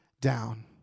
down